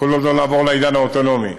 כל עוד לא נעבור לעידן האוטונומי,